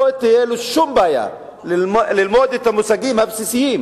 לא תהיה לו שום בעיה ללמוד את המושגים הבסיסיים,